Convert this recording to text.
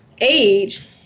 age